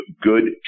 good